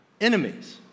enemies